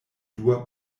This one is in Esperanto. dua